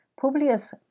Publius